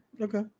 Okay